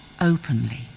openly